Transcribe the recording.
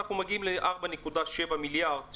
אנחנו מגיעים ל-4.7 מיליארד,